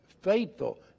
faithful